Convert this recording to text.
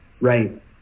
right